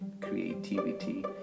creativity